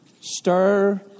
Stir